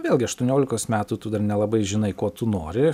vėlgi aštuoniolikos metų tu dar nelabai žinai ko tu nori